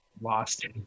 lost